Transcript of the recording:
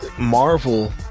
Marvel